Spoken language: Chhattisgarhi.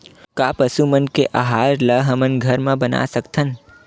का पशु मन के आहार ला हमन घर मा बना सकथन?